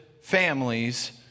families